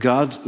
God